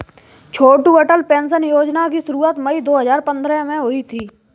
छोटू Atal pension योजना की शुरुआत मई दो हज़ार पंद्रह में हुई थी